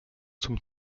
zum